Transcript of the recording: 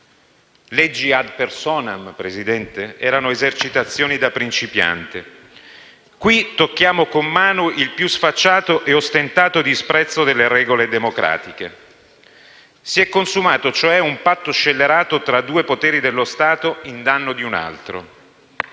leggi *ad personam* erano esercitazioni da principiante. Qui tocchiamo con mano il più sfacciato e ostentato disprezzo delle regole democratiche. Si è consumato un patto scellerato tra due poteri dello Stato in danno di un altro.